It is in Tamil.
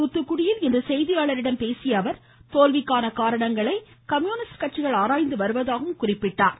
துாத்துகுடியில் இன்று செய்தியாளர்களிடம் பேசிய அவர் தோல்விக்கான காரணங்களை கம்யூனிஸ்ட் கட்சிகள் ஆராய்ந்து வருவதாகவும் குறிப்பிட்டார்